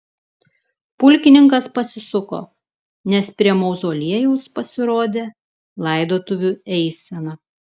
pulkininkas pasisuko nes prie mauzoliejaus pasirodė laidotuvių eisena